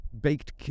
baked